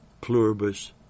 pluribus